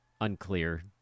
Unclear